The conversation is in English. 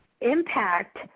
impact